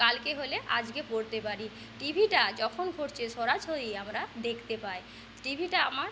কালকে হলে আজকে পড়তে পারি টিভিটা যখন পড়ছে সরাসরি আমরা দেখতে পাই টিভিটা আমার